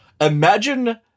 Imagine